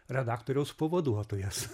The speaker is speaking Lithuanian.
redaktoriaus pavaduotojas